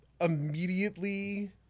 immediately